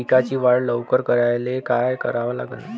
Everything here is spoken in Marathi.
पिकाची वाढ लवकर करायले काय करा लागन?